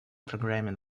programming